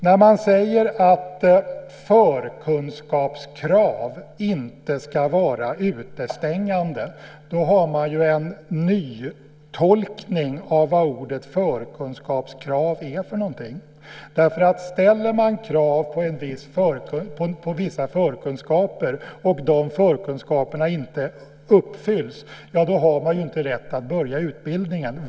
När man säger att förkunskapskrav inte ska vara utestängande gör man en nytolkning av vad ordet förkunskapskrav är för någonting. Ställer man krav på vissa förkunskaper och de förkunskaperna inte uppfylls har eleverna inte rätt att börja utbildningen.